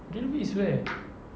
railway is where